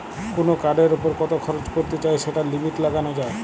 কুনো কার্ডের উপর কত খরচ করতে চাই সেটার লিমিট লাগানা যায়